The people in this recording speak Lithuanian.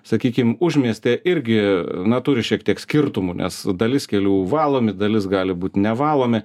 sakykim užmiestyje irgi na turi šiek tiek skirtumų nes dalis kelių valomi dalis gali būt nevalomi